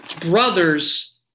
brothers